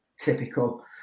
Typical